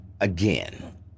again